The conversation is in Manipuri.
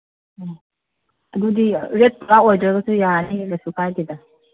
ꯎꯝ ꯑꯗꯨꯗꯤ ꯔꯦꯠ ꯄꯨꯔꯥ ꯑꯣꯏꯗ꯭ꯔꯒꯁꯨ ꯌꯥꯔꯅꯤ ꯀꯩꯁꯨ ꯀꯥꯏꯗꯦꯗ